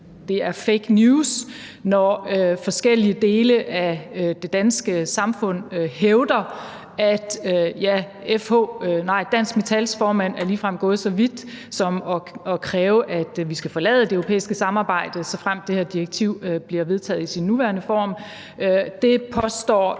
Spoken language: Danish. det er fake news, når forskellige dele af det danske samfund hævder det. Dansk Metals formand er ligefrem gået så vidt som til at kræve, at vi skal forlade det europæiske samarbejde, såfremt det her direktiv bliver vedtaget i sin nuværende form.